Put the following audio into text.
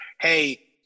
hey